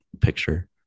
picture